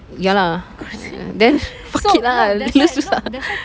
ya lah then fuck it lah lose lose ah